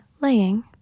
laying